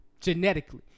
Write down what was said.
genetically